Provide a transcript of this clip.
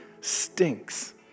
stinks